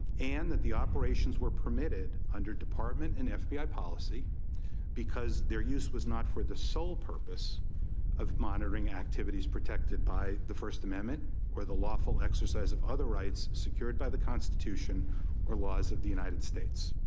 and that the operations were permitted under department and f b i. policy because their use was not for the sole purpose of monitoring activities protected by the first amendment or the lawful exercise of other rights secured by the constitution or laws of the united states.